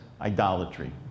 idolatry